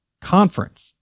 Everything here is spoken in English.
conference